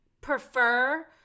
prefer